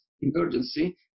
emergency